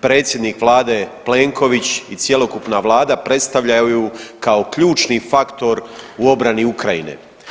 predsjednik vlade Plenković i cjelokupna vlada predstavljaju kao ključni faktor u obrani Ukrajine.